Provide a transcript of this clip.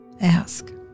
Ask